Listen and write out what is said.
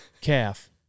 calf